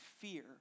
fear